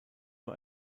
nur